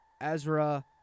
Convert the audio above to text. Ezra